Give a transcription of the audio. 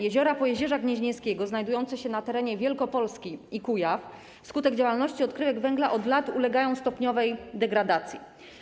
Jeziora Pojezierza Gnieźnieńskiego znajdujące się na terenie Wielkopolski i Kujaw wskutek funkcjonowania odkrywek węgla od lat ulegają stopniowej degradacji.